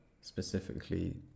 specifically